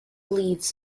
leaves